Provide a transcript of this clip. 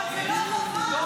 אבל זה לא נכון.